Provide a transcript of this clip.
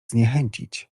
zniechęcić